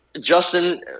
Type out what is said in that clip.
Justin